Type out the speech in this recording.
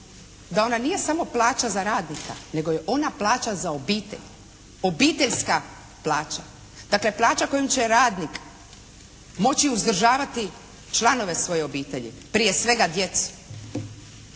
da ona nije samo plaća za radnika, nego je ona plaća za obitelj, obiteljska plaća, dakle plaća kojom će radnik moći uzdržavati članove svoje obitelji, prije svega djecu.